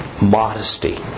modesty